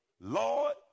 Lord